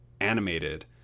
animated